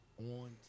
on